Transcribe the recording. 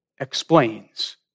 explains